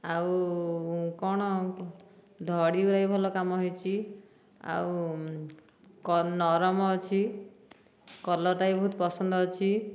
ଆଉ କଣ ଧଡ଼ି ଗୁରାବି ଭଲ କାମ ହୋଇଛି ଆଉ କ ନରମ ଅଛି କଲର୍ଟା ବି ବହୁତ ପସନ୍ଦ ଅଛି